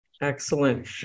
Excellent